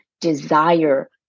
desire